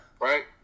Right